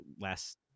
Last